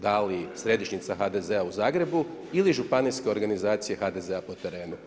Da li središnjica HDZ-a u Zagrebu ili županijska organizacija HDZ-a po terenu?